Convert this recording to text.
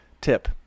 tip